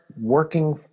working